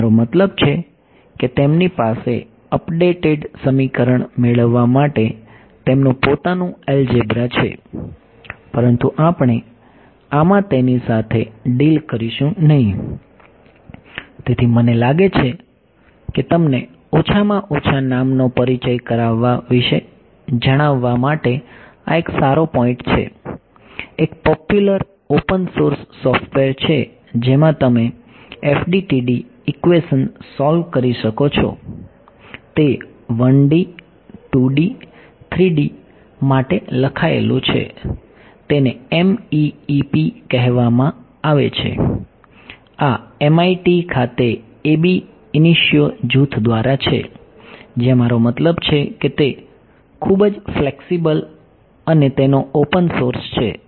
મારો મતલબ છે કે તેમની પાસે અપડેટેડ સમીકરણ મેળવવા માટે તેમનું પોતાનું એલ્જેબ્રા છે પરંતુ આપણે આમાં તેની સાથે ડીલ કરીશું નહીં છે જેમાં તમે FDTD ઇક્વેશન સોલ્વ કરી શકો છો તે 1 D 2 D 3 D માટે લખાયેલું છે તેને MEEP કહેવામાં આવે છે આ MIT ખાતે Ab Initio જૂથ દ્વારા છે જ્યાં મારો મતલબ છે કે તે ખૂબ જ ફ્લેક્સીબલ અને તેનો ઓપન સોર્સ છે